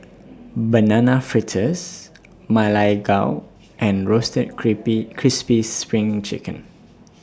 Banana Fritters Ma Lai Gao and Roasted creepy Crispy SPRING Chicken